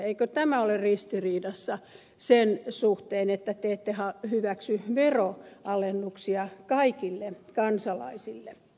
eikö tämä ole ristiriidassa sen suhteen että te ette hyväksy veronalennuksia kaikille kansalaisille